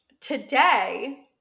today